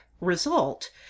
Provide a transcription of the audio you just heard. result